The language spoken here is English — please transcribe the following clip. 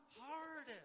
hard